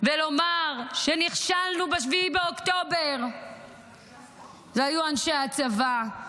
ולומר שנכשלנו ב-7 באוקטובר היו אנשי הצבא.